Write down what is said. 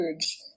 huge